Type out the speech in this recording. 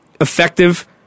effective